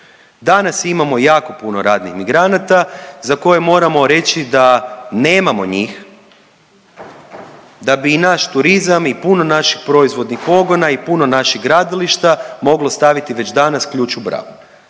Danas imamo jako puno radnih migranata za koje moramo reći da nemamo njih, da bi i naš turizam i puno naših proizvodnih pogona i puno naših gradilišta moglo staviti već danas ključ u bravu.